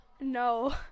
no